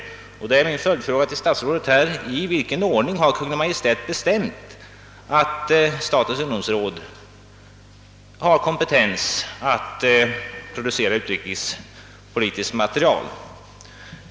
Jag vill därför fråga statsrådet: I vilken ordning har Kungl. Maj:t bestämt att statens ungdomsråd har kompetens att producera utrikespolitiskt material?